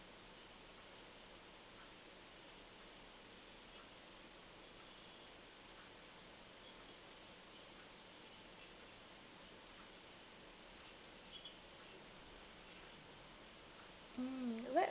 mm what